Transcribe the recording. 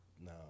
No